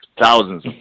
thousands